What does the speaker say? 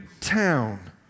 town